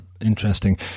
Interesting